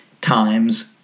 times